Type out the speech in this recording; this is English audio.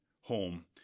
home